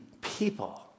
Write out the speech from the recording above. people